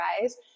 Rise